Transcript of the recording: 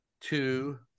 two